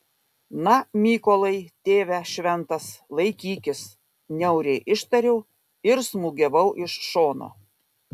na mykolai tėve šventas laikykis niauriai ištariau ir smūgiavau iš šono